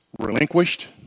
relinquished